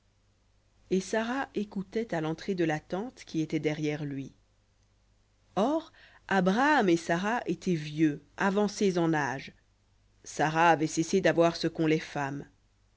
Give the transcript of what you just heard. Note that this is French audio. et sara écoutait à l'entrée de la tente qui était derrière lui or abraham et sara étaient vieux avancés en âge sara avait cessé d'avoir ce qu'ont les femmes